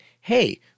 hey